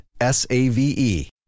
S-A-V-E